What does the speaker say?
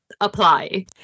apply